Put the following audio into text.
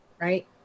right